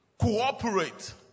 Cooperate